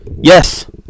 yes